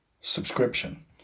subscription